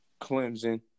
Clemson